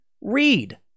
read